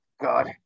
God